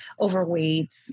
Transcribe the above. overweight